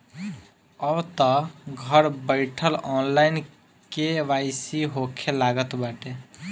अबतअ घर बईठल ऑनलाइन के.वाई.सी होखे लागल बाटे